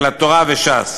דגל התורה וש"ס.